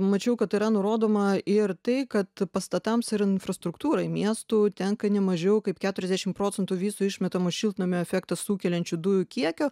mačiau kad yra nurodoma ir tai kad pastatams ir infrastruktūrai miestų tenka nemažiau kaip keturiasdešim procentų viso išmetamo šiltnamio efektą sukeliančių dujų kiekio